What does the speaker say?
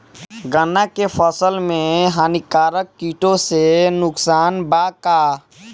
गन्ना के फसल मे हानिकारक किटो से नुकसान बा का?